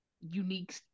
unique